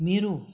मेरो